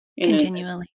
continually